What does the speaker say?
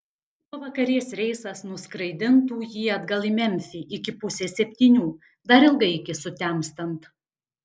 pavakarės reisas nuskraidintų jį atgal į memfį iki pusės septynių dar ilgai iki sutemstant